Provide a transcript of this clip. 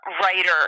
writer